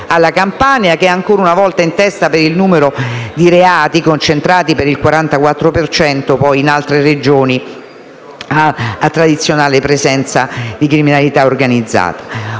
alla Campania, che è ancora una volta in testa per il numero dei reati, concentrati per il 44 per cento poi in altre Regioni a tradizionale presenza di criminalità organizzata.